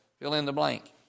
fill-in-the-blank